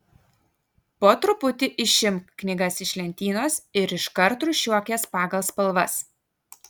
po truputį išimk knygas iš lentynos ir iškart rūšiuok jas pagal spalvas